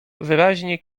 wyraźnie